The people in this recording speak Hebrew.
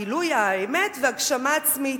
גילוי האמת והגשמה עצמית.